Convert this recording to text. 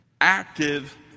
active